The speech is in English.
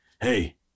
Hey